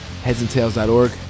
headsandtails.org